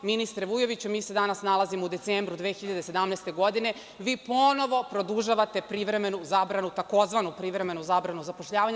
Ministre Vujoviću, mi se danas nalazimo u decembru 2017. godine, a vi ponovo produžavate privremenu zabranu tzv. privremenu zabranu zapošljavanja.